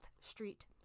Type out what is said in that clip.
Street